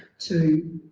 to